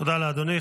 תודה לאדוני.